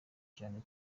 cyane